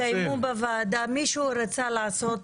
מישהו רצה לעשות